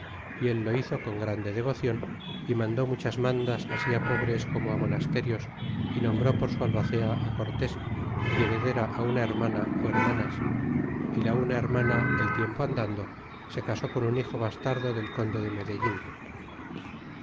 y él lo hizo con grande devocion y mandó muchas mandas ansi pobres como monasterios y nombró por su albacea cortés y heredera una hermana ó hermanas é la una hermana el tiempo andando se casó con un hijo bastardo del conde de medellin